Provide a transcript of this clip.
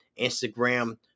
Instagram